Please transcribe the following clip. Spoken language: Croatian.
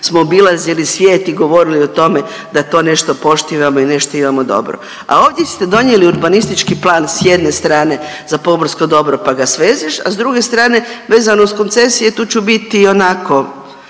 smo obilazili svijet i govorili o tome da to nešto poštivamo i nešto imamo dobro. A ovdje ste donijeli urbanistički plan s jedne strane za pomorsko dobro, pa ga svežeš, a s druge strane vezano uz koncesije tu ću biti onako,